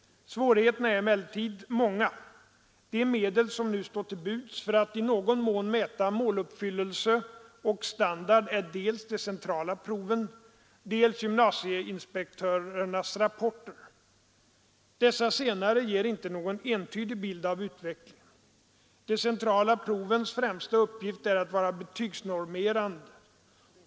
Svårigheterna är emellertid många. De medel som nu står till buds för att i någon mån mäta måluppfyllelse och standard är dels de centrala proven, dels gymnasieinspektörernas rapporter. Dessa senare ger inte någon entydig bild av utvecklingen. De centrala provens främsta uppgift är att vara betygsnormerande.